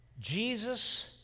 Jesus